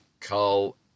Carl